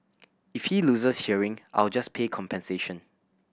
if he loses hearing I'll just pay compensation